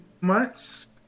months